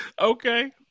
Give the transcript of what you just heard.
Okay